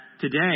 today